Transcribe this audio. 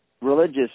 religious